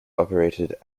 operated